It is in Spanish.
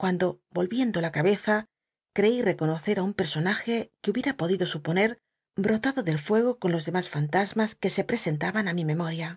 cuando volviendo la ca beza creí reconocet un personaje que bubicra podido suponet brotado del fuego con los dcmas fantasmas que se presentaban í mi memoria